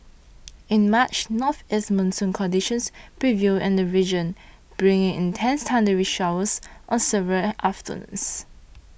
in March northeast monsoon conditions prevailed in the region bringing intense thundery showers on several afternoons